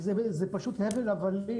זה פשוט הבל הבלים.